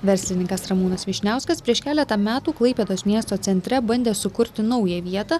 verslininkas ramūnas vyšniauskas prieš keletą metų klaipėdos miesto centre bandė sukurti naują vietą